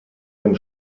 dem